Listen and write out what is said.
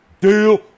deal